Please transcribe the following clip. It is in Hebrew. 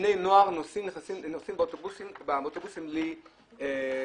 שבני נוער נוסעים באוטובוסים בלי לשלם.